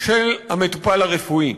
של המטופל הרפואי.